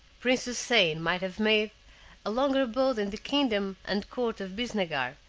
prince houssain might have made a longer abode in the kingdom and court of bisnagar,